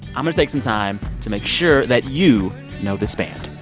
um to take some time to make sure that you know this band.